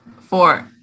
Four